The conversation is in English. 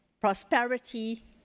prosperity